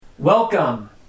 Welcome